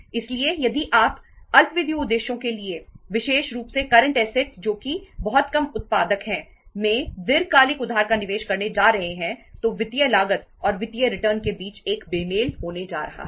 इसलिए यदि आप अल्पावधि उद्देश्यों के लिए विशेष रूप से करंट असेट्स के बीच एक बेमेल होने जा रहा है